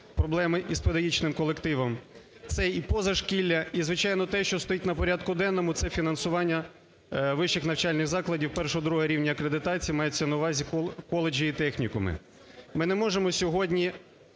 проблеми із педагогічним колективом, це і позашкілля і, звичайно, те, що стоїть на порядку денному, це фінансування вищих навчальних закладів першого-другого рівня акредитації, мається на увазі коледжі і технікуми. Ми не можемо сьогодні